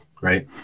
right